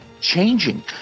changing